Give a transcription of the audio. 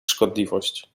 szkodliwość